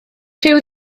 rhyw